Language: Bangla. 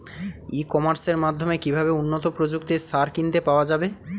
ই কমার্সের মাধ্যমে কিভাবে উন্নত প্রযুক্তির সার কিনতে পাওয়া যাবে?